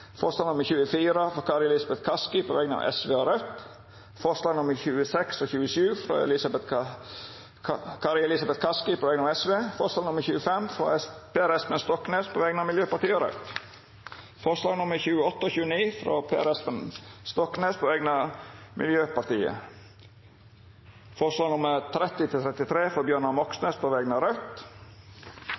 forslag nr. 24, frå Kari Elisabeth Kaski på vegner av Sosialistisk Venstreparti og Raudt forslaga nr. 26 og 27, frå Kari Elisabeth Kaski på vegner av Sosialistisk Venstreparti forslag nr. 25, frå Per Espen Stoknes på vegner av Miljøpartiet Dei Grøne og Raudt forslaga nr. 28 og 29, frå Per Espen Stoknes på vegner av Miljøpartiet Dei Grøne forslaga nr. 30–33, frå Bjørnar Moxnes på vegner av Raudt